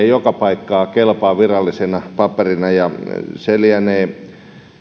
joka paikkaan kelpaa tunnistamista varten virallisena paperina lienee